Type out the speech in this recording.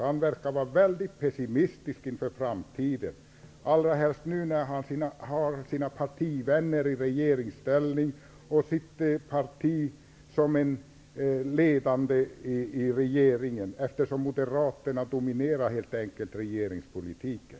Han verkar vara mycket pessimistisk inför framtiden, allra mest nu när han har sina partivänner i regeringsställning och sitt parti som ledande i regeringen. Moderaterna dominerar helt enkelt regeringspolitiken.